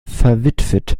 verwitwet